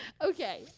Okay